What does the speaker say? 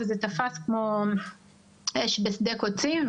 וזה תפס כמו אש בשדה קוצים,